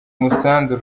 umusanzu